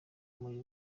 muri